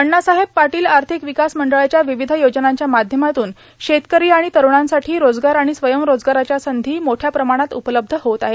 अण्णासाहेब पाटील आर्थिक विकास मंडळाच्या विविध योजनांच्या माध्यमातून शेतकरी आणि तरूणांसाठी रोजगार आणि स्वयंरोजगाराच्या संधी मोठ्या प्रमाणात उपलब्ध होत आहेत